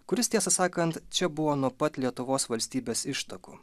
kuris tiesą sakant čia buvo nuo pat lietuvos valstybės ištakų